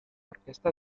orquesta